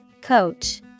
Coach